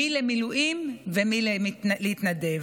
מי למילואים ומי להתנדב.